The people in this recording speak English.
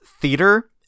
theater